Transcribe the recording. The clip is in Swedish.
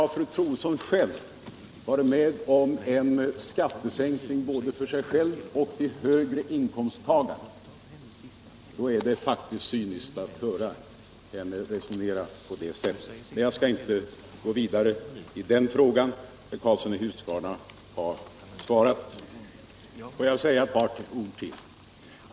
Fru Troedsson har ju varit med om en skattesänkning för sig själv och de högre inkomsttagarna, och då är det faktiskt cyniskt att resonera på det sättet. Men jag skall inte gå vidare i den frågan — herr Karlsson i Huskvarna har svarat. Låt mig säga ett par ord till.